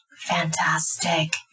Fantastic